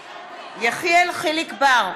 יחיאל חיליק בר,